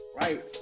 right